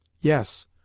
Yes